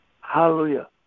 Hallelujah